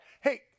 Hey